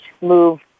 move